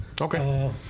Okay